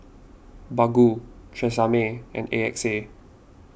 Baggu Tresemme and A X A